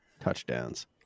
touchdowns